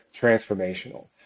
transformational